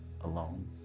alone